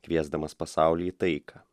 kviesdamas pasaulį į taiką